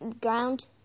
Ground